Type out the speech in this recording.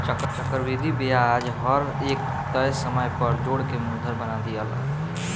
चक्रविधि ब्याज हर एक तय समय पर जोड़ के मूलधन बना दियाला